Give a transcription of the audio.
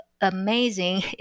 amazing